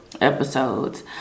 episodes